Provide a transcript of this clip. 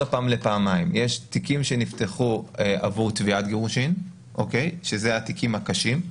הפעם לפעמיים: יש תיקים שנפתחו עברו תביעת גירושין שהם התיקים הקשים,